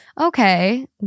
okay